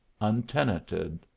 untenanted